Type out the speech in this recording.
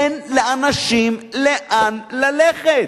אין לאנשים לאן ללכת.